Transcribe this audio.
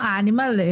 animal